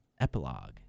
Epilogue